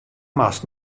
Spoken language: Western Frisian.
moatst